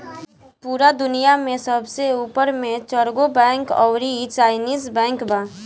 पूरा दुनिया में सबसे ऊपर मे चरगो बैंक अउरी चाइनीस बैंक बा